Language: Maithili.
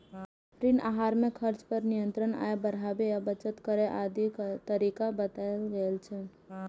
ऋण आहार मे खर्च पर नियंत्रण, आय बढ़ाबै आ बचत करै आदिक तरीका बतायल गेल छै